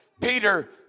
Peter